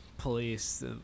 police